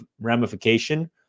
ramification